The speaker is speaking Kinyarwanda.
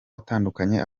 atandukanye